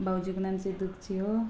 भाउजूको नाम चाहिँ दुक्षी हो